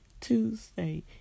Tuesday